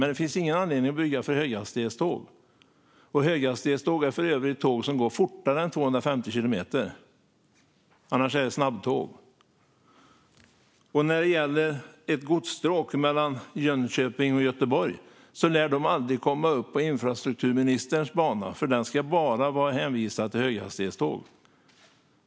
Men det finns ingen anledning att bygga dem för höghastighetståg. Höghastighetståg är för övrigt tåg som går fortare än 250 kilometer i timmen. Annars är det snabbtåg. När det gäller ett godsstråk mellan Jönköping och Göteborg lär det aldrig komma upp på infrastrukturministerns bana, för den ska bara vara till för höghastighetståg.